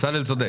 בצלאל צודק.